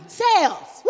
sales